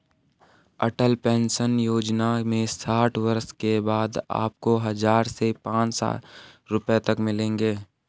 अटल pension योजना में साठ वर्ष के बाद आपको हज़ार से पांच हज़ार रुपए तक मिलेंगे